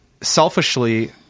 selfishly